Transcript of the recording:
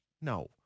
No